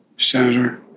Senator